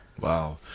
wow